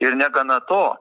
ir negana to